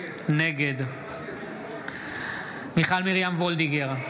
נגד מיכל מרים וולדיגר,